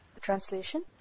Translation